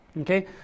Okay